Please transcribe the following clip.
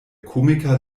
komiker